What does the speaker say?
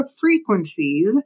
frequencies